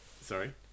Sorry